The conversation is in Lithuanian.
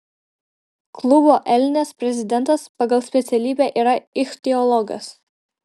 klubo elnias prezidentas pagal specialybę yra ichtiologas